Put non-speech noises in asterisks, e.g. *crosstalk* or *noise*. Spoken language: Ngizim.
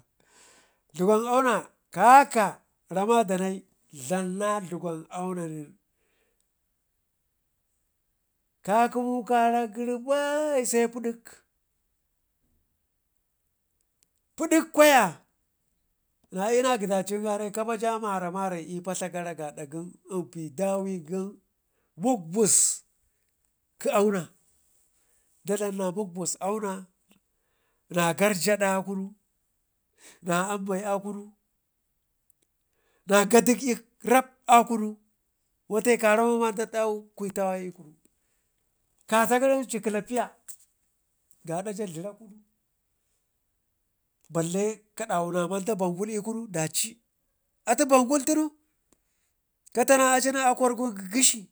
*hesitation* dlugwan auna ƙaƙa ramma danayi dlamna dlugwan auna nen kakəmi karak gəri bai sai pidik pidik kwaya na i'yu na ngidaucinka nai kapa jjamaremare i'padla garagaada gəm inpi dauwe gən mugubus kə auna da dlamna mugubu gə auna na garjada akunu na ambai a kunu na gadik'ik rapakunu wata ka ramoma da dawe gwetawa i'kunu kata garanci klaffiya gaadaja dlirakunu balle kadawuna manda bangul i'kunu daci, atu bangul tunu katana atunen a kwargun gheshi